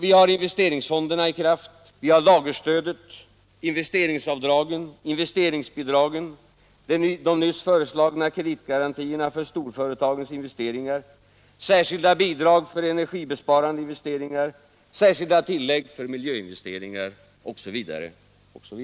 Vi har investeringsfonderna i kraft, lagerstödet, investeringsavdragen, investeringsbidragen, de nyss föreslagna kreditgarantierna för storföretagens investeringar, särskilda bidrag för energibesparande investering, särskilda tillägg för miljöinvesteringar osv.